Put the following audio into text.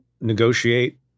negotiate